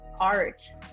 art